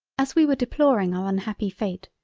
as we were deploring our unhappy fate,